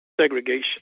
segregation